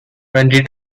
twenty